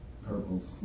purples